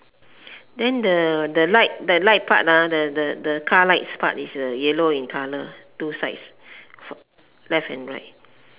then the the light the light part ah the the the car lights part is yellow in colour two sides left and right